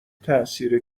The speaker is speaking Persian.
تاثیر